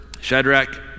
Shadrach